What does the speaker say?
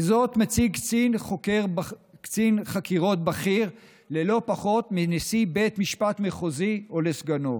את זאת מציג קצין חקירות בכיר ללא פחות מנשיא בית משפט מחוזי או לסגנו.